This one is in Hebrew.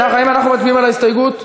האם אנחנו מצביעים על ההסתייגות?